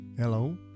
Hello